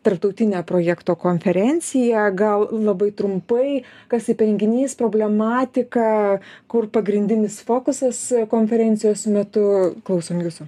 tarptautinė projekto konferencija gal labai trumpai kas tai per renginys problematika kur pagrindinis fokusas konferencijos metu klausom jūsų